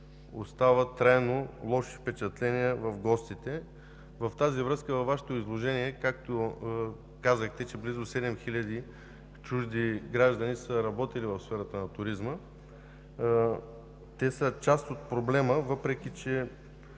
оставя трайно лоши впечатления в гостите. В тази връзка във Вашето изложение, както казахте, че близо седем хиляди чужди граждани са работили в сферата на туризма, те са част от проблема, въпреки че